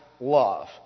love